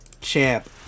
champ